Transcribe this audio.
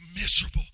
miserable